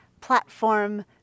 platform